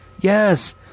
Yes